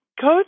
Coach